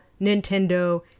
Nintendo